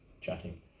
chatting